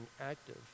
active